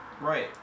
Right